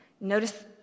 Notice